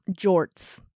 jorts